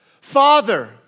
Father